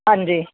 ਹਾਂਜੀ